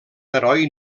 heroi